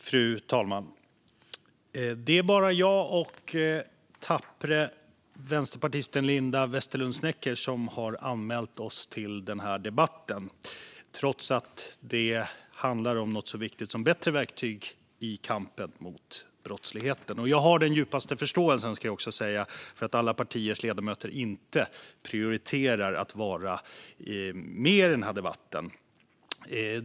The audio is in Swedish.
Fru talman! Det är bara jag och den tappra vänsterpartisten Linda Westerlund Snecker som har anmält oss till denna debatt, trots att den handlar om något så viktigt som bättre verktyg i kampen mot brottsligheten. Jag ska också säga att jag har den djupaste förståelse för att alla partiers ledamöter inte prioriterar att vara med i denna debatt.